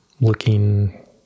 looking